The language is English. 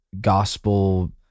gospel